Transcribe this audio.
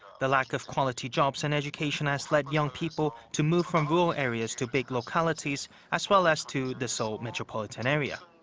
the lack of quality jobs and education has led young people to move from rural areas to big localities as well as to the seoul metropolitan area.